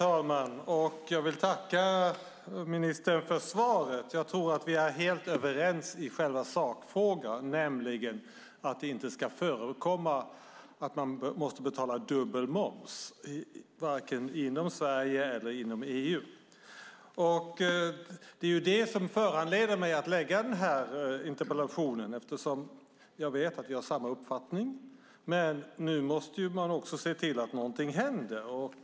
Herr talman! Jag vill tacka ministern för svaret. Jag tror att vi är helt överens i själva sakfrågan, nämligen att man inte ska behöva betala dubbel moms, varken i Sverige eller inom EU. Det var det som föranledde min interpellation. Jag vet att vi har samma uppfattning, men nu måste man också se till att någonting händer.